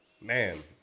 Man